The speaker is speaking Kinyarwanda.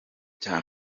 cya